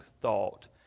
thought